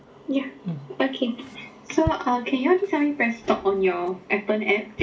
ya okay so uh can you all just press stop on your appen app